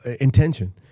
intention